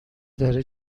داره